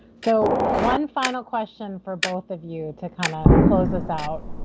so one final question for both of you to kind of close us out,